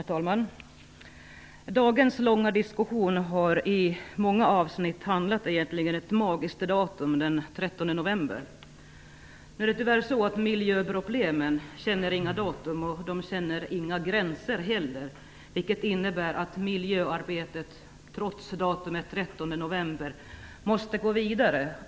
Herr talman! Dagens långa diskussion har i många avsnitt handlat om det magiska datumet den 13 november. Nu är det tyvärr så att miljöproblemen inte känner datum och inga gränser heller. Det innebär att miljöarbetet trots datumet den 13 november måste gå vidare.